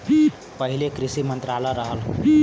पहिले कृषि मंत्रालय रहल